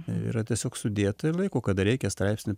yra tiesiog sudėta ir laiko kada reikia straipsnį